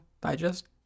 digest